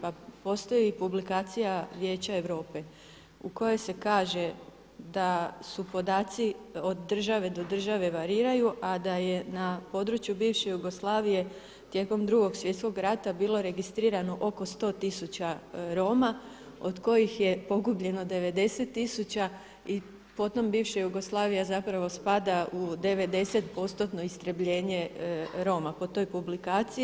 Pa postoji publikacija Vijeća Europe u kojoj se kaže da su podaci od države do države variraju a da je na području bivše Jugoslavije tijekom Drugo svjetskog rata bilo registrirano oko 100 tisuća Roma od kojih je pogubljeno 90 tisuća i potom bivša Jugoslavija zapravo spada u 90%-tno istrebljenje Roma po toj publikaciji.